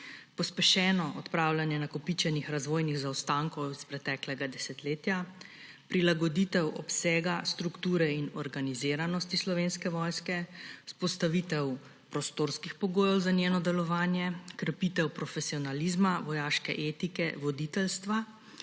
pospešeno odpravljanje nakopičenih razvojnih zaostankov iz preteklega desetletja, prilagoditev obsega strukture in organiziranosti Slovenske vojske, vzpostavitev prostorskih pogojev za njeno delovanje, krepitev profesionalizma, vojaške etike, voditeljstva,